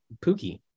Pookie